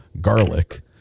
garlic